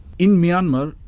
in myanmar,